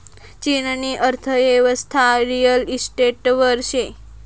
चीननी अर्थयेवस्था रिअल इशटेटवर शे